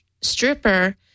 stripper